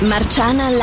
Marciana